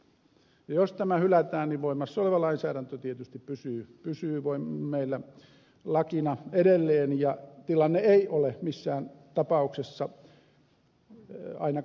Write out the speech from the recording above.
ja jos tämä hylätään niin voimassa oleva lainsäädäntö tietysti pysyy meillä lakina edelleen ja tilanne ei ole missään tapauksessa ainakaan hyvä